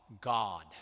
God